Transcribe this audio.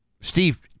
Steve